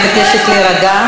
אני מבקשת להירגע.